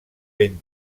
vent